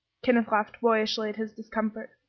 kenneth laughed boyishly at his discomfiture.